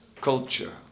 culture